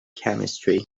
chemistry